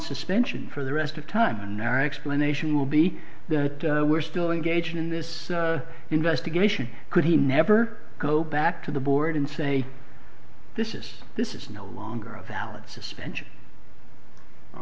suspension for the rest of time and their explanation will be the we're still engaged in this investigation could he never go back to the board and say this is this is no longer a valid suspension